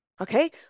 Okay